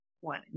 one